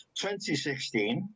2016